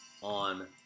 on